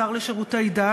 השר לשירותי דת,